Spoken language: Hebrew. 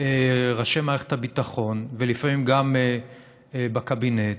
ראשי מערכת הביטחון ולפעמים גם בקבינט,